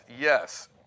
Yes